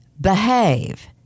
behave